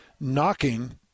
knocking